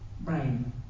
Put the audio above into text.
brain